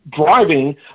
driving